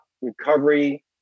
recovery